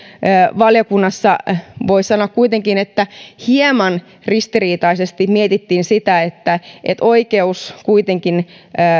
valiokunnassa voi sanoa kuitenkin hieman ristiriitaisesti mietittiin sitä että että oikeuden kuitenkin